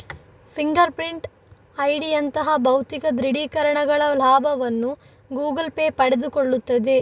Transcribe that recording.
finger print ಐಡಿಯಂತಹ ಭೌತಿಕ ದೃಢೀಕರಣಗಳ ಲಾಭವನ್ನು ಗೂಗಲ್ ಪೇ ಪಡೆದುಕೊಳ್ಳುತ್ತದೆ